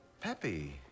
peppy